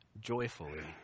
joyfully